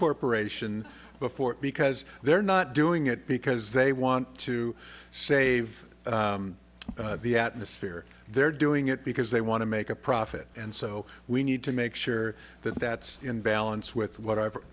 corporation before because they're not doing it because they want to save the atmosphere they're doing it because they want to make a profit and so we need to make sure that that's in balance with whatever